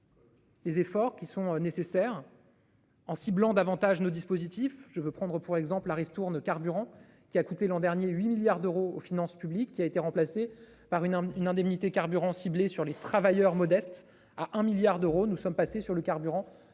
Les efforts qui sont nécessaires. En ciblant davantage nos dispositifs je veux prendre pour exemple la ristourne carburant qui a coûté l'an dernier 8 milliards d'euros aux finances publiques qui a été remplacée par une une indemnité carburant ciblée sur les travailleurs modestes à 1 milliard d'euros. Nous sommes passés sur le carburant